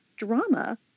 drama